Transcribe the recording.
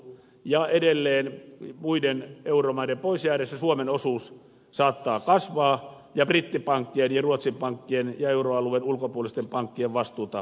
ja edelleen muiden euromaiden pois jäädessä suomen osuus saattaa kasvaa ja brittipankkien ja ruotsin pankkien ja euroalueen ulkopuolisten pankkien vastuita hoidetaan